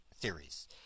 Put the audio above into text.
theories